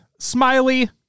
Smiley